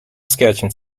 sketching